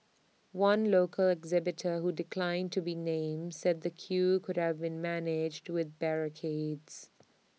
one local exhibitor who declined to be named said the queue could have be managed with barricades